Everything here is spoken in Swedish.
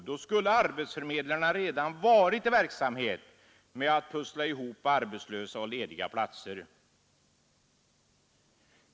Då skulle arbetsförmedlarna redan varit i verksamhet med att pussla ihop arbetslösa och lediga platser.